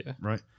Right